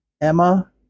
Emma